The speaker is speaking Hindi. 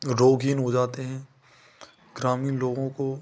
रोगहीन हो जाते हैं ग्रामीण लोगों को